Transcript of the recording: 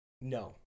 No